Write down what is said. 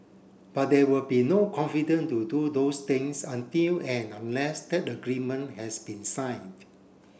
but there will be no confident to do those things until and unless that agreement has been signed